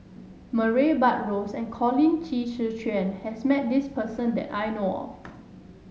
Murray Buttrose and Colin Qi Zhe Quan has met this person that I know of